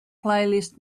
playlist